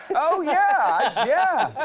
oh, yeah. yeah.